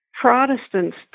Protestants